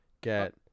get